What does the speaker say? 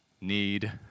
Need